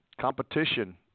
competition